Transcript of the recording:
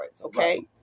okay